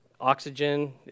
oxygen